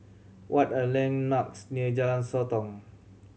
what are the landmarks near Jalan Sotong